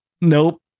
nope